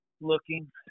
looking